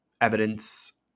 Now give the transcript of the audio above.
evidence